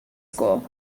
school